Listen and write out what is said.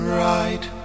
right